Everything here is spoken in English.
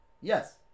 Yes